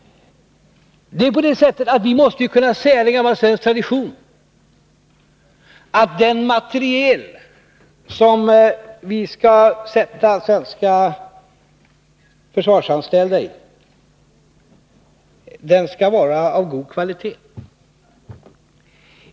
Vi måste kunna säga att det är gammal svensk tradition att den materiel som vi skall sätta svenska försvarsanställda i skall vara av god kvalitet.